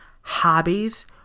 hobbies